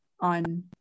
on